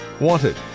wanted